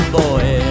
boy